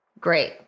Great